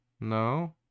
No